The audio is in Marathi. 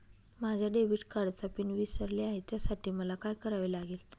माझ्या डेबिट कार्डचा पिन विसरले आहे त्यासाठी मला काय करावे लागेल?